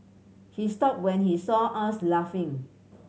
he stopped when he saw us laughing